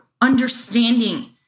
understanding